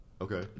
Okay